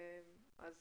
אז